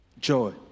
Joy